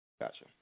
Gotcha